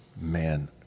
Man